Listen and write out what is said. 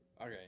Okay